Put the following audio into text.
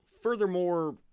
Furthermore